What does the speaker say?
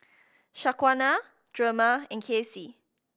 Shaquana Drema and Kasey